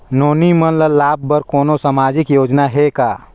नोनी मन ल लाभ बर कोनो सामाजिक योजना हे का?